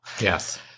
Yes